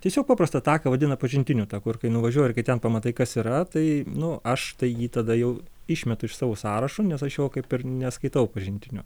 tiesiog paprastą taką vadina pažintiniu taku ir kai nuvažiuoji kai ten pamatai kas yra tai nu aš tai jį tada jau išmetu iš savo sąrašo nes aš jo kaip ir neskaitau pažintiniu